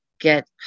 get